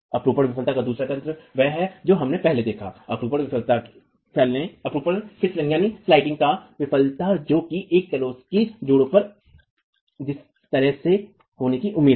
अपरूपण विफलता का दूसरा तंत्र वह है जो हमने पहले देखा है अपरूपण फिसलने की विफलता जो कि एक तलों के जोड़ों पर जिस तरह से होने की उम्मीद है